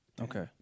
Okay